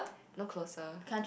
look closer